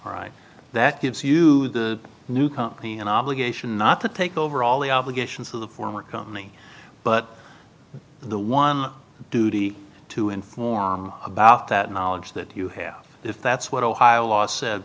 that gives you the new company an obligation not to take over all the obligations of the former company but the one duty to inform about that knowledge that you have if that's what ohio law sa